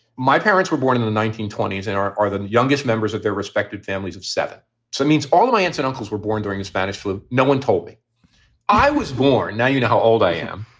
my parents were born in the nineteen twenty s and are are the youngest members of their respective families of seven. so means all my aunts and uncles were born during a spanish flu. no one told me i was born. now you know how old i am.